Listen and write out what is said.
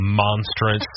monstrous